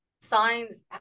signs